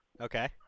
Okay